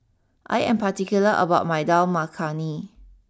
I am particular about my Dal Makhani